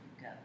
go